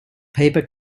paper